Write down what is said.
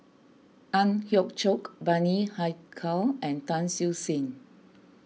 Ang Hiong Chiok Bani Haykal and Tan Siew Sin